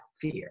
fear